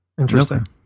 Interesting